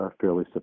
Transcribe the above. fairly